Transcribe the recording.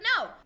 no